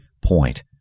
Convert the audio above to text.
point